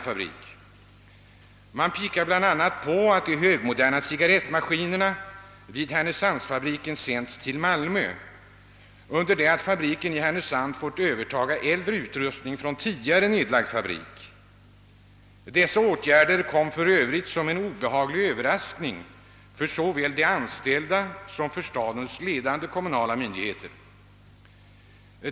Man pekar bl.a. på att de högmoderna cigarrettmaskinerna vid härnösandsfabriken sänts till Malmö, under det att fabriken i Härnösand fått överta äldre utrustning från tidigare nedlagd fabrik. Dessa åtgärder kom för övrigt som en obehaglig överraskning för såväl de anställda som för stadens kommunala myndigheter.